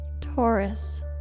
Taurus